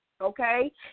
okay